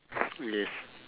yes